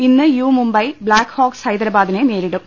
ഇന്ന് U Mumbai black hawks ഹൈദരബാദിനെ നേരിടും